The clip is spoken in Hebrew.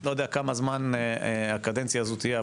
לא יודע כמה זמן הקדנציה הזאת תהיה,